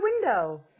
window